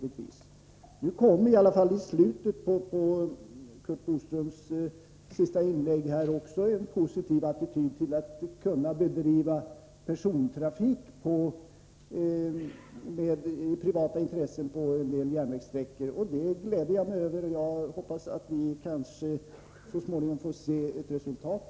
I slutet av Curt Boströms senaste inlägg fanns en positiv attityd när det gäller privat persontrafik på vissa järnvägslinjer. Jag gläder mig över detta. Jag hoppas att vi så småningom får se ett resultat.